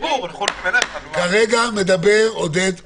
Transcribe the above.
כרגע מדבר עודד פורר.